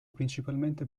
principalmente